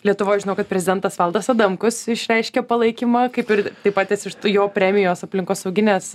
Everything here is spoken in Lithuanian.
lietuvoj žinau kad prezidentas valdas adamkus išreiškė palaikymą kaip ir taip pat esi už jo premijos aplinkosauginės